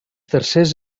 tercers